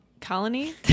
colony